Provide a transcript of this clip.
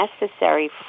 necessary